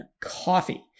coffee